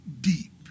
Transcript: deep